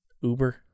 Uber